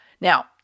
Now